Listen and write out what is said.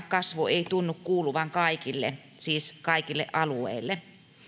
kasvu ei alueellisestikaan tunnu kuuluvan kaikille siis kaikille alueille